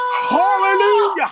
Hallelujah